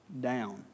down